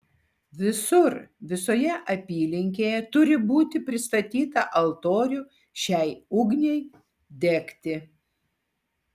visur visoje apylinkėje turi būti pristatyta altorių šiai ugniai degti